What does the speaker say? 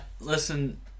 Listen